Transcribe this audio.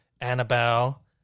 Annabelle